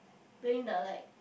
being the like